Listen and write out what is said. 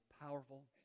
powerful